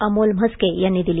अमोल म्हस्के यांनी दिली